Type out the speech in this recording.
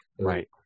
Right